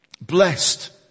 blessed